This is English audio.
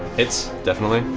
hits. definitely.